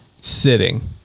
sitting